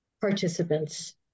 participants